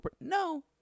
No